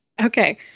Okay